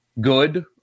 good